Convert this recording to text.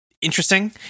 interesting